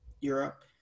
Europe